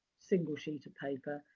single sheet of paper.